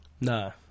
No